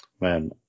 man